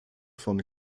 von